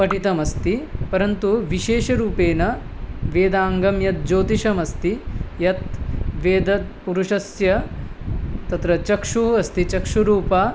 पठितमस्ति परन्तु विशेषरूपेण वेदाङ्गं यत् ज्योतिषमस्ति यत् वेदपुरुषस्य तत्र चक्षुः अस्ति चक्षूरूपा